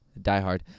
diehard